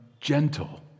gentle